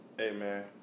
Amen